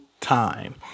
time